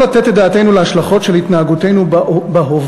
לא לתת את דעתנו להשלכות של התנהגותנו בהווה